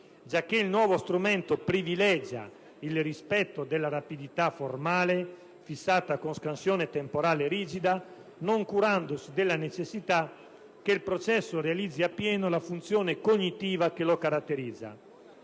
giacché il nuovo strumento privilegia il rispetto della rapidità formale fissata con scansione temporale rigida, non curandosi della necessità che il processo realizzi appieno la funzione cognitiva che lo caratterizza.